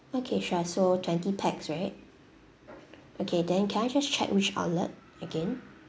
okay sure so twenty pax right okay then can I just check which outlet again